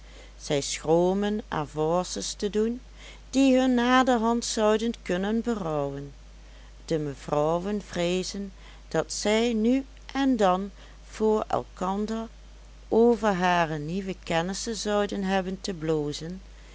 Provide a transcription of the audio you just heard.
zij schromen avances te doen die hun naderhand zouden kunnen berouwen de mevrouwen vreezen dat zij nu en dan voor elkander over hare nieuwe kennissen zouden hebben te blozen